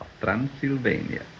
Transylvania